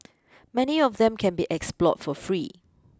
many of them can be explored for free